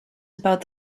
about